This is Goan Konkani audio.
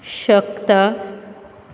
शकता